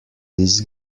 this